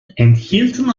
enthielten